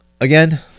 again